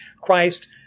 Christ